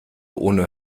ohne